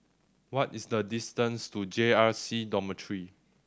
what is the distance to J R C Dormitory